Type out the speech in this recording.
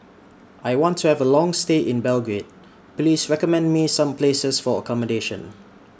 I want to Have A Long stay in Belgrade Please recommend Me Some Places For accommodation